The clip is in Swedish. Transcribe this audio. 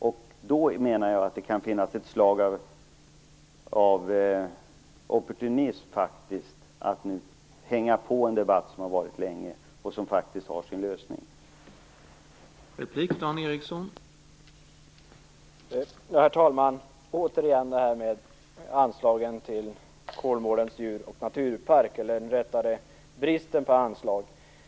Jag menar att det faktiskt kan vara ett inslag av opportunism i att ni hänger på en debatt som har pågått länge, i en fråga där man faktiskt har kommit fram till en lösning.